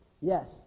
Yes